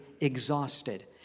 exhausted